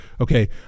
Okay